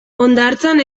hondartzan